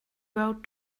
road